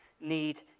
need